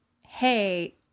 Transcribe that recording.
hey